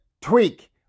tweak